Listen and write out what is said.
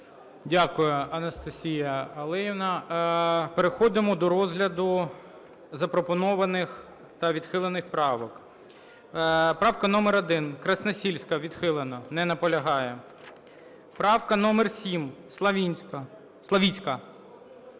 Дякую, Анастасія Олегівна. Переходимо до розгляду запропонованих та відхилених правок. Правка номер 1, Красносільська, відхилено. Не наполягає. Правка номер 7, Славицька.